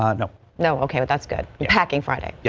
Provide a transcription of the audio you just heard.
ah and now ok but that's good hacking friday. yeah